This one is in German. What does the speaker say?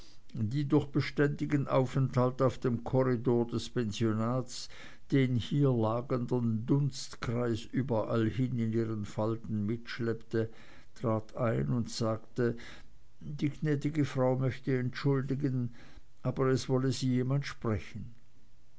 die durch beständigen aufenthalt auf dem korridor des pensionats den hier lagernden dunstkreis überallhin in ihren falten mitschleppte trat ein und sagte die gnädige frau möchte entschuldigen aber es wolle sie jemand sprechen